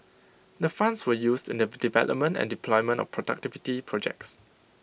the funds were used in the development and deployment of productivity projects